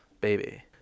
Baby